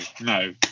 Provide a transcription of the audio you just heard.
no